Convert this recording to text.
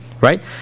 right